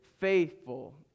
faithful